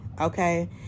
Okay